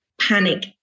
panic